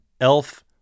Elf